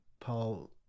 Paul